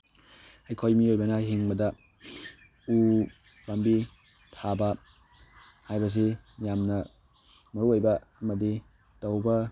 ꯑꯩꯈꯣꯏ ꯃꯤꯑꯣꯏꯕꯅ ꯍꯤꯡꯕꯗ ꯎ ꯄꯥꯝꯕꯤ ꯊꯥꯕ ꯍꯥꯏꯕꯁꯤ ꯌꯥꯝꯅ ꯃꯔꯨ ꯑꯣꯏꯕ ꯑꯃꯗꯤ ꯇꯧꯕ